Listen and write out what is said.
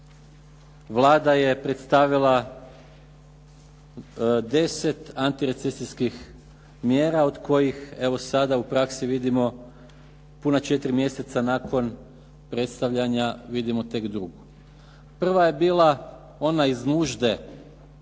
Vlada je predstavila 10 antirecesijskih mjera od kojih evo sada u praksi vidimo puna četiri mjeseca nakon predstavljanja vidimo tek drugu. Prva je bila ona iz nužde